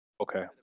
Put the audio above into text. okay